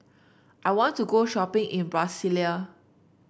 I want to go shopping in Brasilia